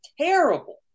terrible